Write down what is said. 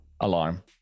alarm